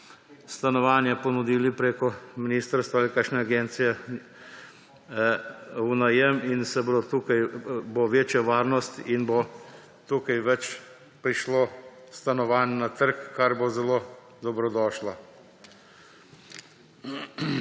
stanovanja ponudili preko ministrstva ali kakšne agencije, v najem in bo večja varnost in bo tukaj več prišlo stanovanj na trg, kar bo zelo dobrodošlo.